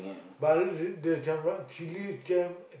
but the the sambal chilli jam